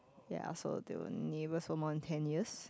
ya so they were neighbours for more than ten years